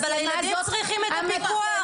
אבל הילדים צריכים את הפיקוח.